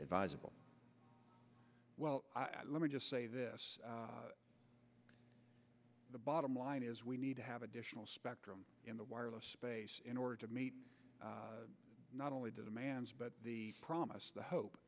advisable well let me just say this the bottom line is we need to have additional spectrum in the wireless space in order to meet not only demands but the promise the hope